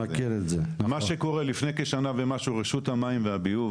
מה שקורה הוא שלפני כשנה ומשהו רשות המים והביוב